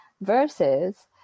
versus